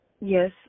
Yes